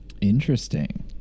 Interesting